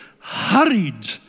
hurried